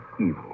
evil